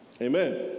Amen